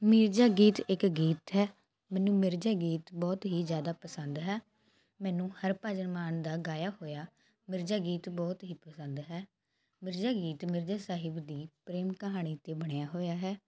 ਮਿਰਜਾ ਗੀਤ ਇੱਕ ਗੀਤ ਹੈ ਮੈਨੂੰ ਮਿਰਜਾ ਗੀਤ ਬਹੁਤ ਹੀ ਜਿਆਦਾ ਪਸੰਦ ਹੈ ਮੈਨੂੰ ਹਰਭਜਨ ਮਾਨ ਦਾ ਗਾਇਆ ਹੋਇਆ ਮਿਰਜਾ ਗੀਤ ਬਹੁਤ ਹੀ ਪਸੰਦ ਹੈ ਮਿਰਜਾ ਗੀਤ ਮਿਰਜਾ ਸਾਹਿਬ ਦੀ ਪ੍ਰੇਮ ਕਹਾਣੀ ਤੇ ਬਣਿਆ ਹੋਇਆ ਹੈ